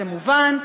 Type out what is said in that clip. זה מובן,